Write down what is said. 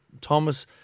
Thomas